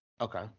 Okay